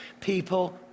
people